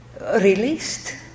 released